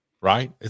right